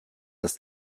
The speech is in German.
das